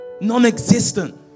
non-existent